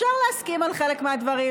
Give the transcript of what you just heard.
אפשר להסכים על חלק מהדברים,